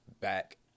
back